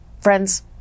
Friends